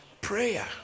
prayer